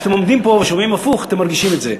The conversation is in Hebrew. כשאתם עומדים פה ושומעים הפוך אתם מרגישים את זה.